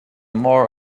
more